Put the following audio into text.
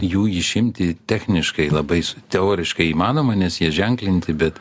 jų išimti techniškai labais teoriškai įmanoma nes jie ženklinti bet